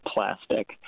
plastic